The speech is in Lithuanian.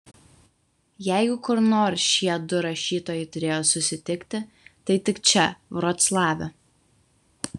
jeigu kur nors šie du rašytojai turėjo susitikti tai tik čia vroclave